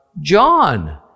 John